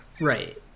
Right